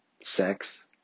sex